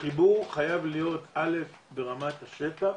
החיבור חייב להיות אלף ברמת השטח,